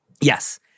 Yes